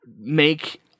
make